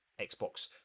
Xbox